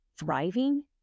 thriving